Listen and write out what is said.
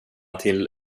till